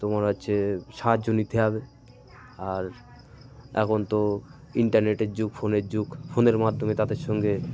তোমার হচ্ছে সাহায্য নিতে হবে আর এখন তো ইন্টারনেটের যুগ ফোনের যুগ ফোনের মাধ্যমে তাদের সঙ্গে